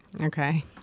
Okay